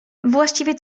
właściwie